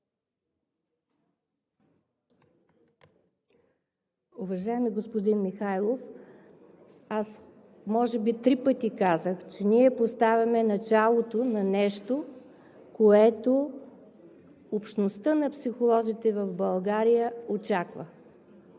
Уважаеми господин Михайлов, може би три пъти казах, че ние поставяме началото на нещо, което общността на психолозите в България очаква.